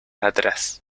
atrás